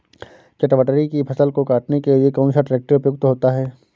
चटवटरी की फसल को काटने के लिए कौन सा ट्रैक्टर उपयुक्त होता है?